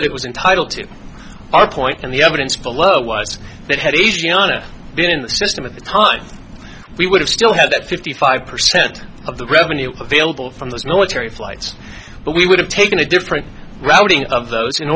all it was entitled to our point and the evidence below was that had easy on it been in the system at the time we would have still had that fifty five percent of the revenue available from the us military flights but we would have taken a different routing of tho